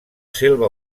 selva